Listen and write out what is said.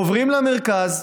עוברים למרכז,